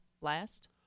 last